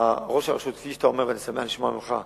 ראש הרשות, כפי שאתה אומר, ואני שמח לשמוע ממך,